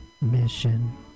mission